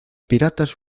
piratas